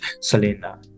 Selena